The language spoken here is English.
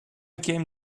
came